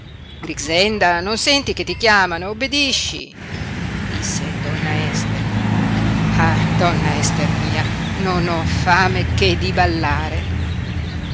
grixenda non senti che ti chiamano obbedisci disse donna ester ah donna ester mia non ho fame che di ballare